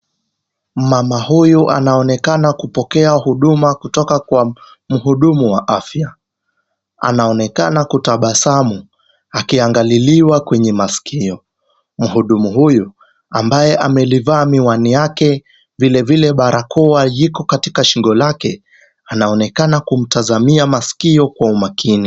Mama huyu anaonekana kupokea huduma kutoka kwa mhudumu wa afya. Anaonekana kutabasamu akiangaliliwa kwenye masikio. Mhudumu huyu, ambaye amelivaa miwani yake vile vile barakoa liko katika shingo lake , anaonekana kumtazamia masikio kwa umakini.